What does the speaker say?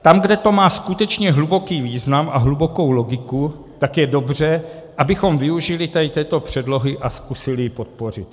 Tam, kde to má skutečně hluboký význam a hlubokou logiku, tak je dobře, abychom využili této předlohy a zkusili ji podpořit.